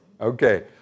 Okay